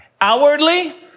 Outwardly